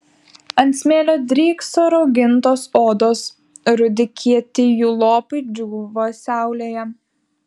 ant smėlio drykso raugintos odos rudi kieti jų lopai džiūva saulėje